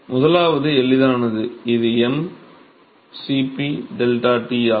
முதலாவது எளிதானது இது m Cp 𝝙T ஆகும்